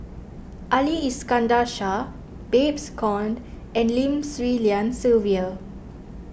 Ali Iskandar Shah Babes Conde and Lim Swee Lian Sylvia